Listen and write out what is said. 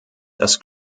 das